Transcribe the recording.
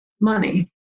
money